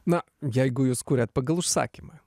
na jeigu jūs kuriat pagal užsakymą